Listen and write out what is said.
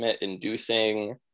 inducing